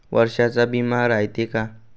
वर्षाचा बिमा रायते का?